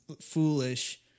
foolish